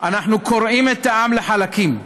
אנחנו קורעים את העם לחלקים,